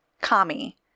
Kami